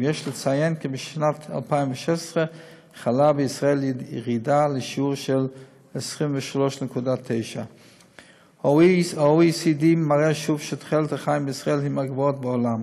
יש לציין כי בשנת 2016 חלה בישראל ירידה לשיעור של 23.9. ה-OECD מראה שוב שתוחלת החיים בישראל היא מהגבוהות בעולם.